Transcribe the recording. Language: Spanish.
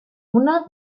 una